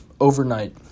overnight